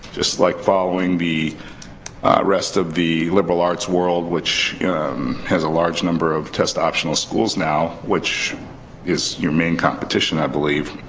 just like following the rest of the liberal arts world, which has a large number of test optional schools now. which is your main competition, i believe.